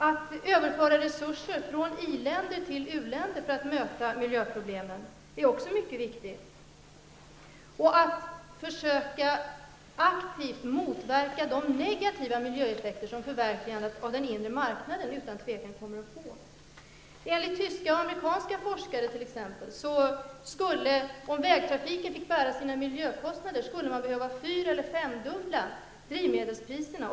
Att överföra resurser från i-länder till u-länder för att möta miljöproblemen är också mycket viktigt, liksom att försöka aktivt motverka de negativa miljöeffekter som förverkligandet av den inre marknaden utan tvivel kommer att få. Om vägtrafiken fick bära sina miljökostnader skulle enligt t.ex. tyska och amerikanska forskare drivsmedelspriserna behöva fyr eller femdubblas.